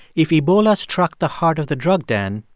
if ebola struck the heart of the drug den,